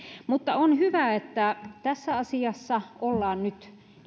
on hyvä että tässä asiassa ollaan nyt